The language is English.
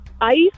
ice